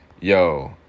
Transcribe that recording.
Yo